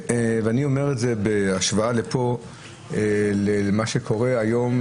אני אומר את זה בהשוואה למה שקורה פה,